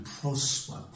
prosper